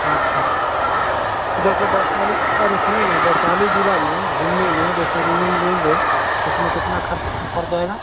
अच्छा तो जैसे वैशाली ज़िले में सुनिए न वैशाली ज़िले में घूमने में जैसे रूम ऊम लेंगे तो उसमें कितना खर्चा पड़ जाएगा